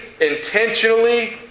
intentionally